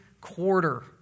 quarter